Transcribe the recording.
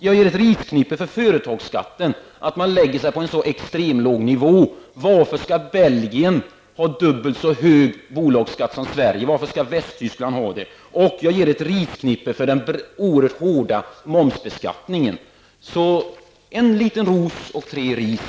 Jag ger ett risknippe för företagsskatten. Man lägger sig där på en extremt låg nivå. Varför skall Belgien ha dubbelt så hög bolagsskatt som Sverige? Varför skall Västtyskland ha det? Och jag ger ett risknippe för den oerhört hårda momsbeskattningen. Så en liten ros och tre ris.